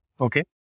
okay